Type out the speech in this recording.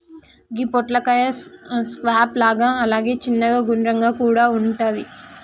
గి పొట్లకాయ స్క్వాష్ లాగా అలాగే చిన్నగ గుండ్రంగా కూడా వుంటది